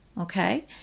okay